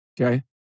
Okay